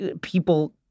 people